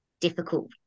difficult